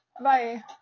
Bye